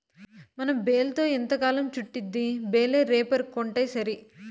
మనం బేల్తో ఎంతకాలం చుట్టిద్ది బేలే రేపర్ కొంటాసరి